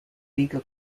legal